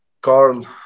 Carl